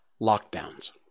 lockdowns